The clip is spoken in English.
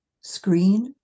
screen